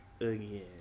again